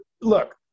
Look